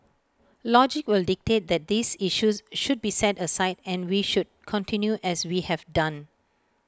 logic will dictate that these issues should be set aside and we should continue as we have done